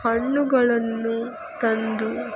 ಹಣ್ಣುಗಳನ್ನು ತಂದು